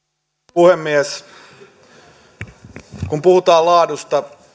puhemies kun puhutaan laadusta